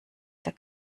der